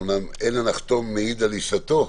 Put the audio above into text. אמנם אין הנחתום מעיד על עיסתו,